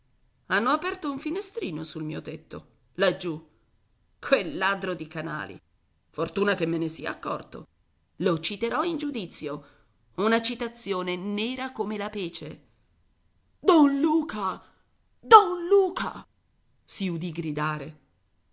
hanno aperto un finestrino sul mio tetto laggiù quel ladro di canali fortuna che me ne sia accorto lo citerò in giudizio una citazione nera come la pece don luca don luca si udì gridare